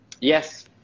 Yes